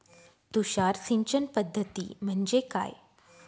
तुषार सिंचन पद्धती म्हणजे काय?